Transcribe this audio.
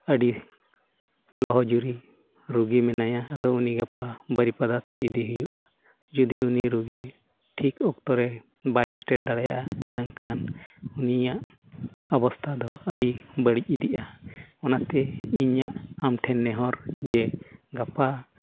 ᱟᱹᱰᱤ ᱞᱚᱦᱚᱡᱩᱨᱤ ᱨᱩᱜᱤ ᱢᱮᱱᱟᱭᱟ ᱟᱫᱚ ᱩᱱᱤ ᱜᱟᱯᱟ ᱵᱟᱨᱤᱯᱟᱫᱟ ᱛᱮ ᱤᱫᱤᱭᱮ ᱦᱩᱭᱩᱜᱼᱟ ᱡᱩᱫᱤ ᱩᱱᱤ ᱨᱳᱜᱤ ᱴᱷᱤᱠ ᱚᱠᱛᱚᱨᱮ ᱵᱟᱭ ᱥᱮᱴᱮᱨ ᱫᱟᱲᱮᱭᱟᱜᱼᱟ ᱮᱸᱰᱮᱠᱷᱟᱱ ᱩᱱᱤᱭᱟᱜ ᱚᱵᱚᱥᱛᱷᱟ ᱫᱚ ᱟᱹᱰᱤ ᱵᱟᱹᱲᱤᱡ ᱤᱫᱤᱜᱼᱟ ᱚᱱᱟᱛᱮ ᱤᱧᱟᱹᱜ ᱟᱢ ᱴᱷᱮᱱ ᱱᱮᱦᱚᱨ ᱡᱮ ᱜᱟᱯᱟ